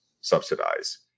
subsidize